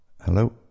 Hello